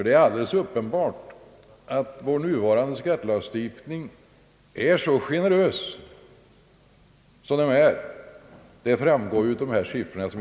Det är alldeles uppenbart att vår nuvarande skattelagstiftning är mycket generös mot företagen. Det framgår av siffrorna.